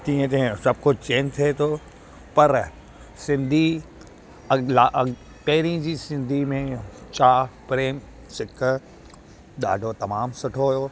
तीअं तीअं सभु कुझु चेंज थिए थो पर सिंधी अग पहिरीं जी सिंधी में चाह प्रेम सिक ॾाढो तमामु सुठो हुयो